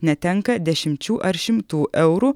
netenka dešimčių ar šimtų eurų